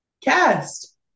Cast